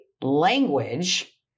language